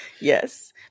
Yes